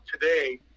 today